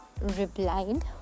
replied